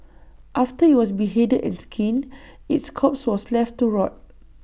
after IT was beheaded and skinned its corpse was left to rot